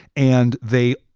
and they,